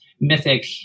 mythic